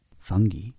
Fungi